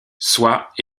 soient